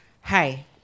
Hi